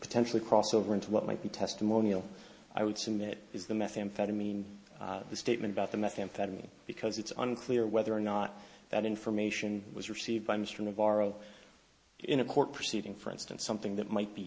potentially cross over into what might be testimonial i would submit is the methamphetamine the statement about the methamphetamine because it's unclear whether or not that information was received by mr navarro in a court proceeding for instance something that might be